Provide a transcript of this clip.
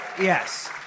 Yes